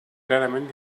clarament